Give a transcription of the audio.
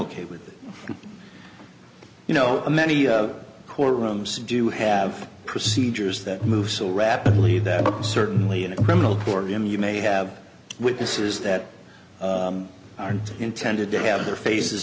it you know many court rooms do have procedures that move so rapidly that certainly in a criminal court jim you may have witnesses that are intended to have their faces